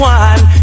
one